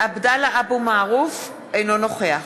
אין צורך.